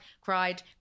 cried